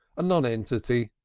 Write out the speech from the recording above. a nonentity,